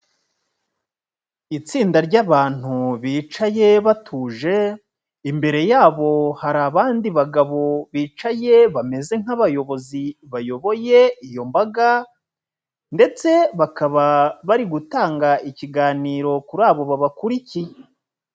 Itsinda ry'abantu bicaye batuje, imbere yabo hari abandi bagabo bicaye bameze nk'abayobozi bayoboye iyo mbaga ndetse bakaba bari gutanga ikiganiro kuri abo babakurikiye.